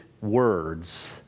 words